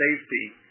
safety